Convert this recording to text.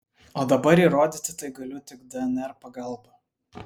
o dabar įrodyti tai galiu tik dnr pagalba